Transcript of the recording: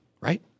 right